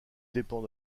dépend